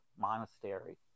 monastery